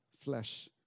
flesh